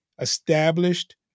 established